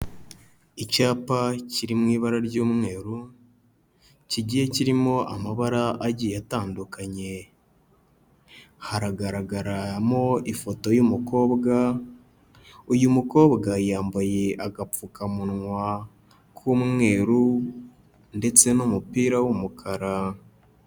Icyapa kiri mu ibara ry'umweru, kigiye kirimo amabara agiye atandukanye, haragaragaramo ifoto y'umukobwa, uyu mukobwa yambaye agapfukamunwa k'umweru ndetse n'umupira w'umukara.